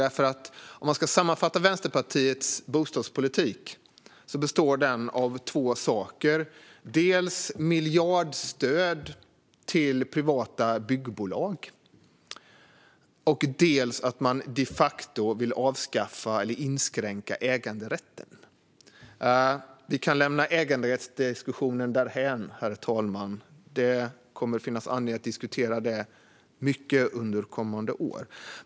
Sammanfattat består Vänsterpartiets bostadspolitik av två saker: Man vill ha miljardstöd till privata byggbolag, och man vill de facto avskaffa eller inskränka äganderätten. Vi kan lämna äganderättsdiskussionen därhän, herr talman. Det kommer att finnas anledning att diskutera den mycket under kommande år.